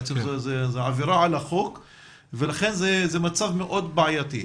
בעצם זו עבירה על החוק ולכן זה מצב מאוד בעייתי.